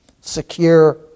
Secure